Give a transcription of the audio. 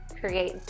create